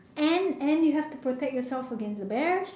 and and you have to protect yourself against the bears